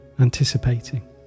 anticipating